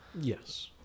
Yes